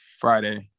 Friday